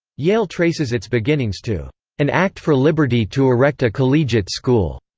yale traces its beginnings to an act for liberty to erect a collegiate school,